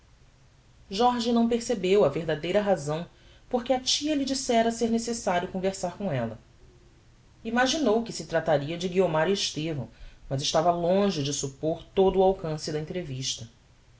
jorge não percebeu a verdadeira razão porque a tia lhe dissera ser necessário conversar com ella imaginou que se trataria de guiomar e estevão mas estava longe de suppor todo o alcance da entrevista